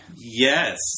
Yes